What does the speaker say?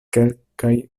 kelkaj